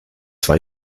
drei